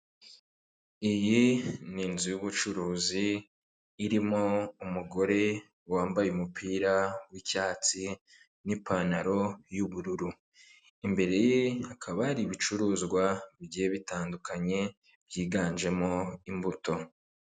Iyi ni inzu y'ubucuruzi, irimo umugore wambaye umupira w'icyatsi n'ipantaro y'ubururu. Imbere ye hakaba hari ibicuruzwa bigiye bitandukanye, byiganjemo imbuto.